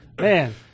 man